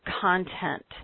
content